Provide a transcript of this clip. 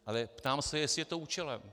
Ale ptám se, jestli je to účelem.